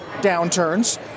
downturns